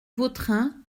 vautrin